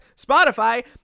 Spotify